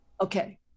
Okay